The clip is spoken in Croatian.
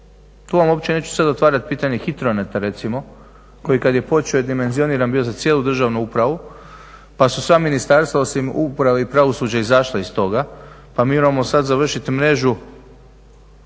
To vam uopće neću sada otvarati pitanje HITROnet-a recimo koji kada je počeo je dimenzioniran je bio za cijelu državnu upravu pa su sva ministarstva osim uprave i pravosuđa izašla iz toga. Pa mi imamo sada završiti mrežu